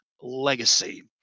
Legacy